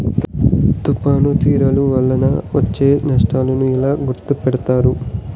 తుఫాను తీరాలు వలన వచ్చే నష్టాలను ఎలా గుర్తుపడతారు?